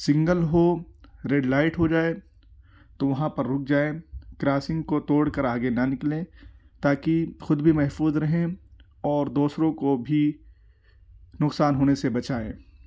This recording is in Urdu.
ساگنل ہو ریڈ لائٹ ہو جائے تو وہاں پر رک جائے کراسنگ کو توڑ کر آگے نہ نکلیں تاکہ خود بھی محفوظ رہیں اور دوسروں کو بھی نقصان ہونے سے بچائیں